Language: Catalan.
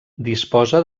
disposa